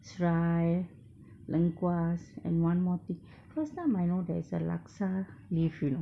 chives lengkuas and one more thing last time I know there is a laksa leaf you know